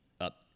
up